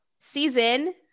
season